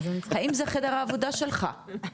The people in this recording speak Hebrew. האם זה חדר העבודה שלך?